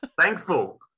thankful